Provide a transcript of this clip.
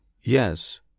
yes